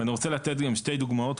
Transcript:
ואני רוצה לתת גם שתי דוגמאות.